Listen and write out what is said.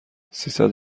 سیصد